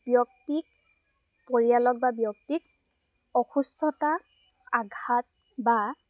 ব্যক্তিক পৰিয়ালক বা ব্যক্তিক অসুস্থতা আঘাত বা